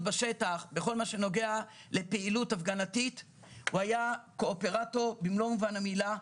בשטח ובפעילות ההפגנות היה קואפרטור במלוא מובן המילה.